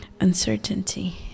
Uncertainty